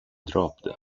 dropped